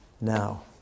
now